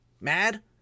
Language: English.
mad